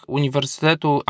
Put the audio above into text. uniwersytetu